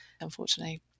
unfortunately